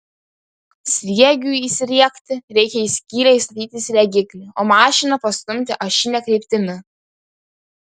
sriegiui įsriegti reikia į skylę įstatyti sriegiklį o mašiną pastumti ašine kryptimi